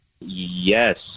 yes